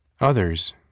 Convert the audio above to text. Others